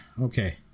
Okay